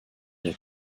der